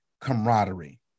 camaraderie